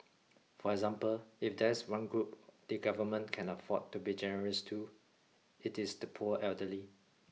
for example if there's one group the government can afford to be generous to it is the poor elderly